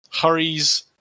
hurries